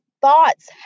thoughts